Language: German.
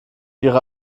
ihre